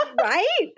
Right